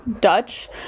Dutch